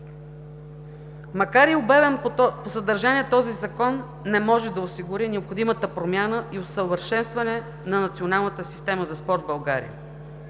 Макар и обемен по съдържание, този Закон не може да осигури необходимата промяна и усъвършенстване на националната система за спорт в България.